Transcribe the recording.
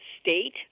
state